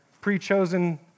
pre-chosen